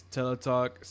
Teletalk